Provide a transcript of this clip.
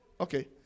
Okay